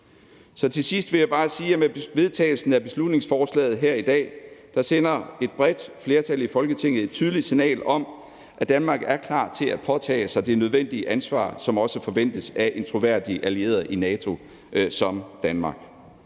Så til sidst vil jeg bare sige, at med vedtagelsen af beslutningsforslaget her i dag sender et bredt flertal i Folketinget et tydeligt signal om, at Danmark er klar til at påtage sig det nødvendige ansvar, som også forventes af en troværdig allieret i NATO som Danmark.